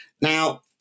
Now